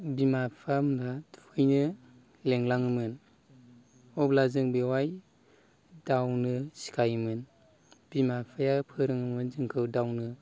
बिमा बिफा मोनहा थुखैनो लिंलाङोमोन अब्ला जों बेवाय दावनो सिखायोमोन बिमा बिफाया फोरोङोमोन जोंखो दावनो